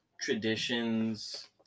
Traditions